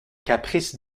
caprice